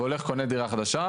והולך וקונה דירה חדשה,